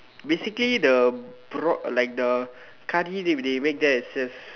basically the broth like the curry they they make there is just